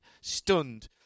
stunned